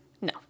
No